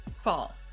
Fall